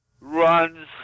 runs